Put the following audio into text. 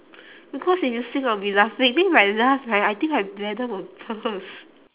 because if you sing I'll be laughing then if I laugh right I think my bladder will burst